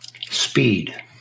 speed